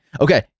Okay